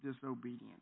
disobedience